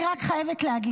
אני רק חייבת להגיד,